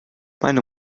meine